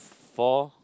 for